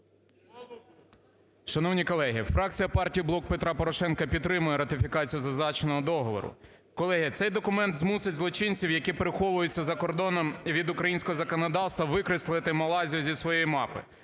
Шановні колеги, фракція партії "Блок Петра Порошенка" підтримує ратифікацію зазначеного договору. Колеги, цей документ змусить злочинців, які переховуються за кордоном від українського законодавства, викреслити Малайзію зі своєї мапи.